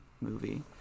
movie